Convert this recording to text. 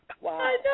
Wow